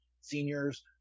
seniors